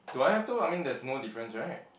do I have to I mean there's no difference right